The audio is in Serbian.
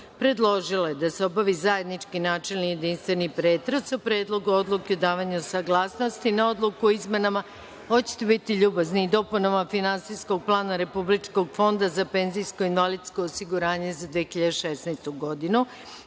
predložila je da se obavi zajednički načelni jedinstveni pretres o: Predlogu odluke davanja saglasnosti na Odluku o izmenama i dopunama Finansijskog plana Republičkog fonda za penzijsko i invalidsko osiguranje za 2016. godinu,